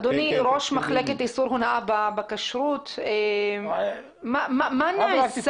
אדוני ראש מחלקת איסור הונאה בכשרות, מה נעשה